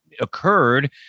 occurred